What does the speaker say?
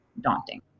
daunting